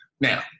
Now